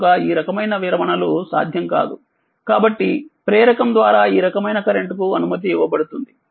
కనుకఈ రకమైన విరమణలు సాధ్యం కాదు కాబట్టిప్రేరకం ద్వారా ఈరకమైన కరెంట్ కు అనుమతి ఇవ్వబడుతుంది